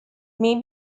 may